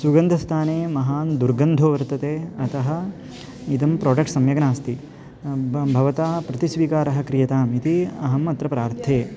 सुगन्धस्थाने महान् दुर्गन्धो वर्तते अतः इदं प्रोडक्ट् सम्यक् नास्ति ब भवता प्रतिस्वीकारः क्रियताम् इति अहम् अत्र प्रार्थे